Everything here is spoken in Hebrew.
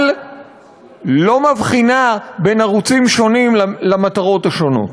אבל לא מבחינה בין ערוצים שונים למטרות השונות.